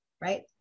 right